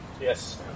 Yes